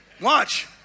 Watch